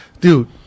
dude